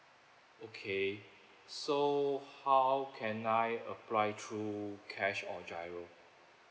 okay so how can I apply through cash or giro